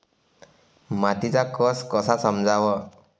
मातीचा कस कसा समजाव?